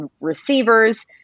receivers